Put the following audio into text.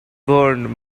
burned